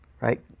right